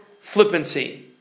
flippancy